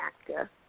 actor